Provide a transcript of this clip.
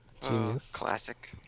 Classic